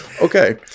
Okay